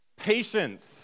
patience